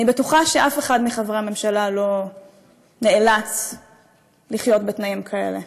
אני בטוחה שאף אחד מחברי הממשלה לא נאלץ לחיות בתנאים כאלה.